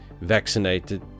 vaccinated